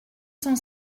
cent